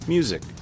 Music